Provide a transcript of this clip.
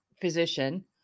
physician